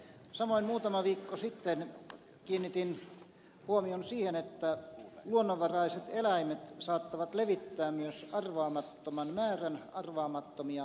samoin muutama viikko sitten kiinnitin huomion siihen että luonnonvaraiset eläimet saattavat levittää myös arvaamattoman määrän arvaamattomia tauteja